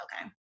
okay